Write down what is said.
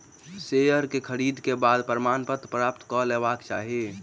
share के खरीद के बाद प्रमाणपत्र प्राप्त कय लेबाक चाही